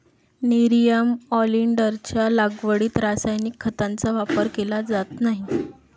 nerium ऑलिंडरच्या लागवडीत रासायनिक खतांचा वापर केला जात नाही